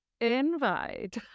invite